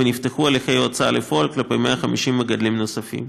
ונפתחו הליכי הוצאה לפועל כלפי 150 מגדלים נוספים,